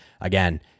again